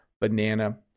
banana